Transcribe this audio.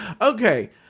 Okay